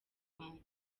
rwanda